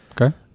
Okay